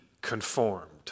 conformed